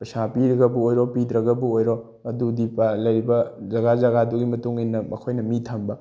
ꯄꯩꯁꯥ ꯄꯤꯔꯒꯕꯨ ꯑꯣꯏꯔꯣ ꯄꯤꯗ꯭ꯔꯒꯕꯨ ꯑꯣꯏꯔꯣ ꯑꯗꯨꯗꯤ ꯄꯥꯠ ꯂꯩꯕ ꯖꯒꯥ ꯖꯒꯥꯗꯨꯒꯤ ꯃꯇꯨꯡ ꯏꯟꯅ ꯃꯈꯣꯏꯅ ꯃꯤ ꯊꯝꯕ